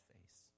face